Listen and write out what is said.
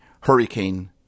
hurricane